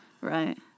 Right